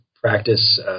practice